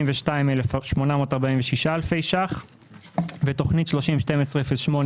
62,846 אלפי ₪ ותוכנית 301208,